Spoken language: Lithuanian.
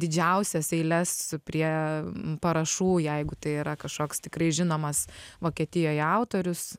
didžiausias eiles prie parašų jeigu tai yra kažkoks tikrai žinomas vokietijoje autorius